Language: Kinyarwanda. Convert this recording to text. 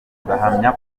kuba